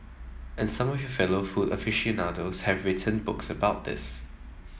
and some of your fellow food aficionados have written books about this